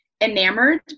enamored